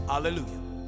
Hallelujah